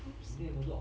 !oops! okay